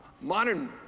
Modern